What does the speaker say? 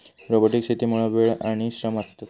robotic शेतीमुळा वेळ आणि श्रम वाचतत